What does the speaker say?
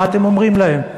מה אתם אומרים להם?